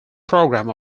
programme